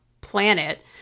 planet